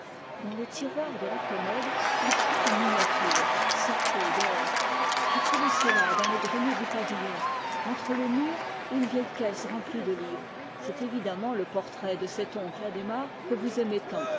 dans le tiroir de la commode il prit une miniature cerclée d'or j'ai trouvé cela dans le grenier du pavillon entre le mur et une vieille caisse remplie de livres c'est le portrait de l'oncle adhémar que vous aimez tant